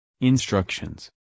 instructions